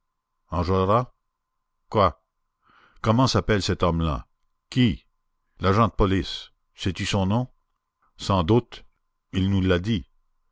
quoi comment s'appelle cet homme-là qui l'agent de police sais-tu son nom sans doute il nous l'a dit